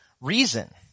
reason